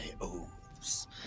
oaths